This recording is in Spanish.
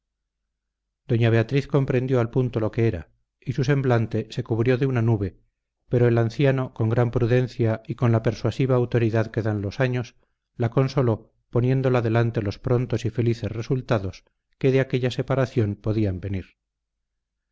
doña beatriz comprendió al punto lo que era y su semblante se cubrió de una nube pero el anciano con gran prudencia y con la persuasiva autoridad que dan los años la consoló poniéndola delante los prontos y felices resultados que de aquella separación podían venir